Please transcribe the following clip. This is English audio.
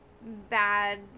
bad